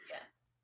Yes